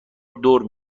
دور